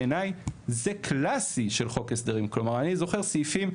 בעיני זה קלאסי של חוק הסדרים כלומר אני זוכר סעיפים,